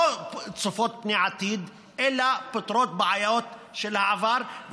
לא צופות פני עתיד אלא פותרות בעיות של העבר.